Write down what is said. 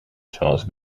zoals